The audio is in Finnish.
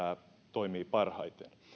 toimii parhaiten